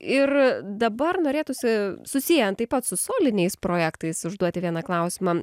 ir dabar norėtųsi susiejant taip pat su soliniais projektais užduoti vieną klausimą